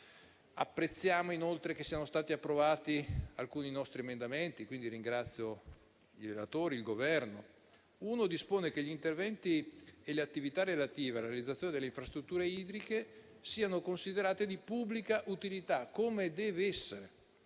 Apprezziamo inoltre che siano stati approvati alcuni nostri emendamenti e quindi ringrazio i relatori e il Governo. Un emendamento dispone che gli interventi e le attività relative alla realizzazione delle infrastrutture idriche siano considerati di pubblica utilità, come deve essere.